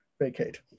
vacate